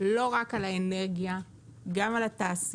לא רק על האנרגיה, אלא גם על התעשייה,